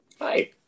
Hi